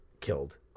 killed